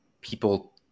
people